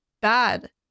bad